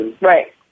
Right